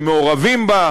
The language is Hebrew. שמעורבים בה,